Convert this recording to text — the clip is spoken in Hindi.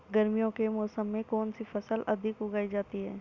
गर्मियों के मौसम में कौन सी फसल अधिक उगाई जाती है?